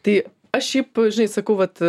tai aš šiaip žinai sakau vat